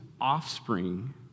offspring